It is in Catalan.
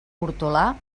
hortolà